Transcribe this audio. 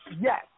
Yes